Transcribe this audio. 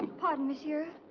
pardon, monsieur.